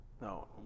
No